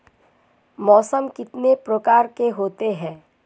मौसम कितने प्रकार के होते हैं?